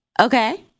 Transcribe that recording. okay